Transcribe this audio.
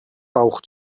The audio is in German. bauch